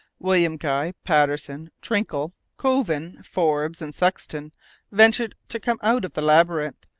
william guy, patterson, trinkle, covin, forbes, and sexton ventured to come out of the labyrinth,